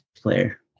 player